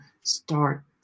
start